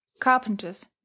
carpenters